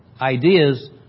ideas